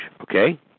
okay